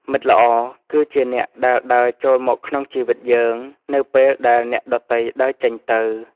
មិត្តល្អគឺជាអ្នកដែលដើរចូលមកក្នុងជីវិតយើង នៅពេលដែលអ្នកដទៃដើរចេញទៅ។